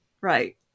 Right